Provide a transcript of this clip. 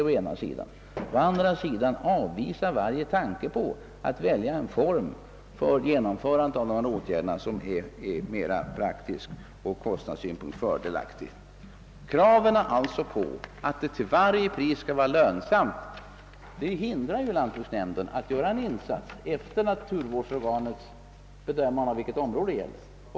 Å andra sidan avvisar man varje tanke på att välja former för genomförandet av dessa åtgärder som är de mest praktiska och ur kostnadssynpunkt fördelaktiga. Kraven på att det till varje pris skall vara lönsamt hindrar lantbruksnämnden från att göra en insats efter naturvårdsorganets bedömande.